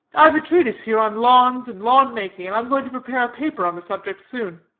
i've a treatise here on lawns and lawnmaking and i'm going to prepare a paper on the subject soon.